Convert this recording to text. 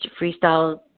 freestyle